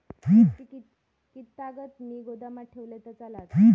मिरची कीततागत मी गोदामात ठेवलंय तर चालात?